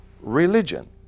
religion